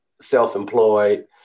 self-employed